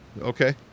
Okay